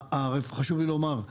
חשוב לי לומר,